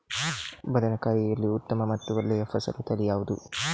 ಬದನೆಕಾಯಿಯಲ್ಲಿ ಉತ್ತಮ ಮತ್ತು ಒಳ್ಳೆಯ ಫಸಲು ತಳಿ ಯಾವ್ದು?